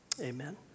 amen